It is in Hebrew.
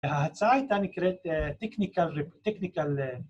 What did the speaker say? הצעה הייתה נקראת technical